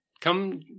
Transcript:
Come